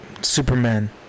Superman